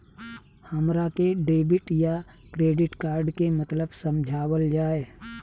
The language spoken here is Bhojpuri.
हमरा के डेबिट या क्रेडिट कार्ड के मतलब समझावल जाय?